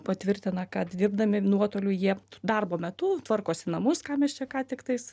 patvirtina kad dirbdami nuotoliu jie darbo metu tvarkosi namus ką mes čia ką tiktais